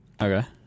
Okay